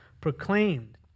proclaimed